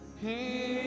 Hey